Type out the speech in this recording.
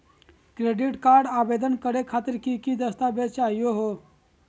Credit card आवेदन करे खातिर की की दस्तावेज चाहीयो हो?